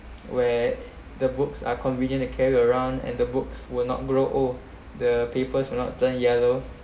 where the books are convenient to carry around and the books will not grow old the papers will not turn yellow